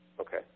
Okay